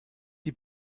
die